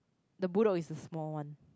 the bull dog is the small one